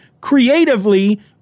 creatively